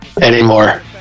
anymore